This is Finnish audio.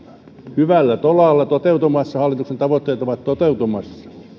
hyvällä tolalla toteutumassa hallituksen tavoitteet ovat toteutumassa